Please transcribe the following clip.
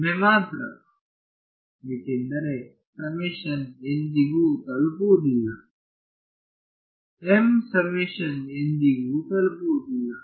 ಒಮ್ಮೆ ಮಾತ್ರ ಏಕೆಂದರೆ ಸಮೇಶನ್ ಎಂದಿಗೂ ತಲುಪುವುದಿಲ್ಲ m ಸಮೇಶನ್ ಎಂದಿಗೂ ತಲುಪುವುದಿಲ್ಲ